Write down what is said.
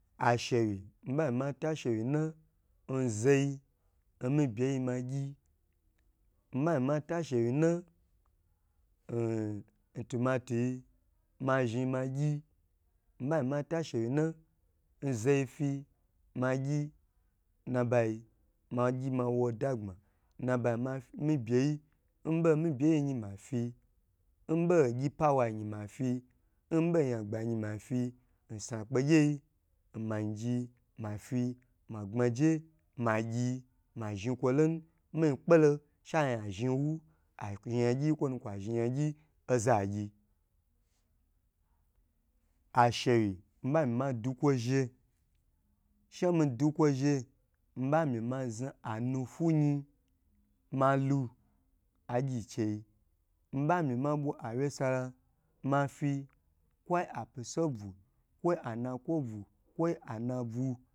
Ashiwyi n ba mima tashiwye na nzoi nmi beyi ma gyi nmami toshiwye na ntomato ma zhi ma gyi nmami mato ashewyi na nzofi magyi nnabayi maggi mawo dagbma nnabayi mamaibeyi nmi mibeyi mafi nbogyi powayi mafi nmi boyan gbayi mafi n sakpagyi yi nmaji yi mafi magbma je magyi ma zhn kwo lonu mikpe lo she azhn wu ayagyi yi kwonu kwa zhn yagyi oza gyi ashewyi miban madukwo zhe she mi du kwo zhe mibami ma za anfuyi malu agyi chei mibami ma bwa awye sara mafi kwo apyesebu kwo ana kwobu kwo anabu